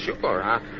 sure